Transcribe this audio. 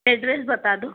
address बता दो